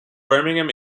birmingham